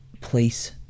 place